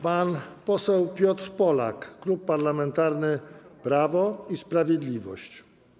Pan poseł Piotr Polak, Klub Parlamentarny Prawo i Sprawiedliwość.